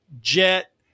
jet